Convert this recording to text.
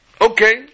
okay